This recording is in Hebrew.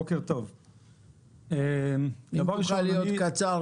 בוקר טוב --- אם תוכל לדבר בקצרה,